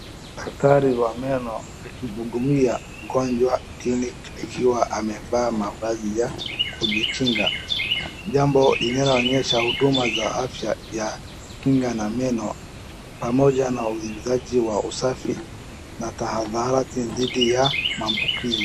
Daktari wa meno akihudumia mgonjwa kliniki akiwa amevaa mavazi ya kujikinga. Jambo linaloonyesha huduma za afya za kinga ya meno pamoja na uzuizaji wa usafi na tahadhari dhidi ya maambukizi.